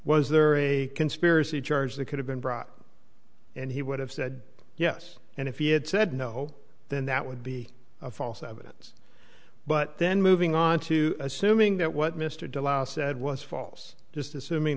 was there a conspiracy charge that could have been brought and he would have said yes and if he had said no then that would be false evidence but then moving on to assuming that what mr de la said was false just assuming